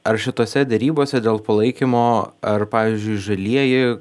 ar šitose derybose dėl palaikymo ar pavyzdžiui žalieji